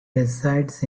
resides